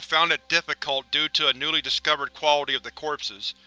found it difficult due to a newly discovered quality of the corpses.